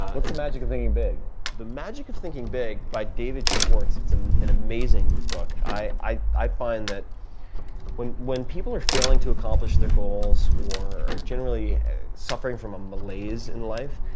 what's the magic of thinking big? the magic of thinking big by david schwartz, it's an an amazing book. i i find that when when people are failing to accomplish their goals, or generally suffering from a malaise in life,